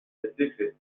pacifist